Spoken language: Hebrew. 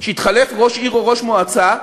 כשהתחלף ראש עיר או ראש מועצה,